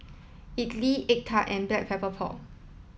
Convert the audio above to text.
idly egg tart and black pepper pork